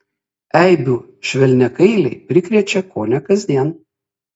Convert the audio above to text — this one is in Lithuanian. eibių švelniakailiai prikrečia kone kasdien